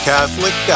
Catholic